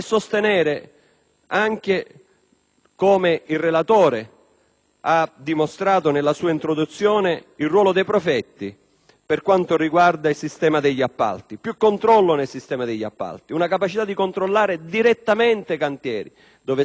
come il relatore ha dimostrato nella sua introduzione - il ruolo dei prefetti, per quanto riguarda il sistema degli appalti: più controllo nel sistema degli appalti. Una capacità di controllare direttamente i cantieri, dove spesso la sovranità delle mafie prende il